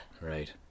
Right